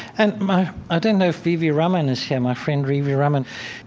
and my i don't know if v v. raman is here, my friend v v. raman.